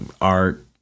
art